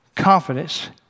Confidence